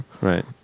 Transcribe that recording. Right